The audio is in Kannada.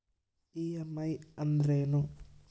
ಇ.ಎಮ್.ಐ ಅಂದ್ರೇನು?